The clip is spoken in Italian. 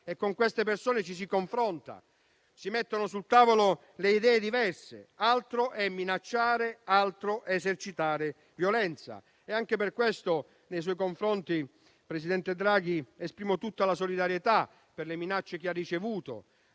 con queste persone ci si confronta, si mettono sul tavolo le idee diverse, ma altra cosa è minacciare, altra cosa è esercitare violenza. Anche per questo, nei suoi confronti, presidente Draghi, esprimo tutta la solidarietà per le minacce che ha ricevuto;